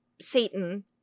Satan